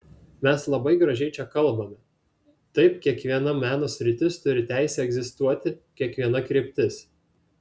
mes labai gražiai čia kalbame taip kiekviena meno sritis turi teisę egzistuoti kiekviena kryptis